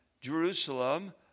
Jerusalem